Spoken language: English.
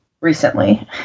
recently